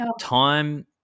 time